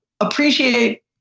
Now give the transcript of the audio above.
appreciate